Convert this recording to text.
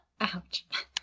Ouch